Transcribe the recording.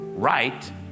right